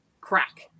crack